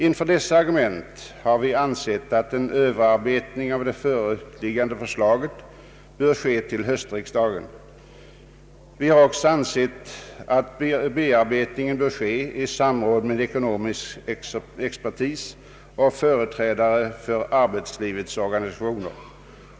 Inför dessa argument har vi ansett att en överarbetning av det föreliggande förslaget bör ske till höstriksdagen. Denna bearbetning bör ske i samråd med ekonomisk expertis och företrädare för arbetslivets organisationer.